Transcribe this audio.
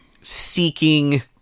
seeking